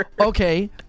Okay